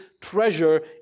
treasure